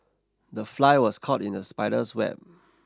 the fly was caught in the spider's web